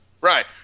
Right